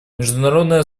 международное